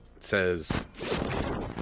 says